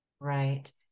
Right